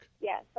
Yes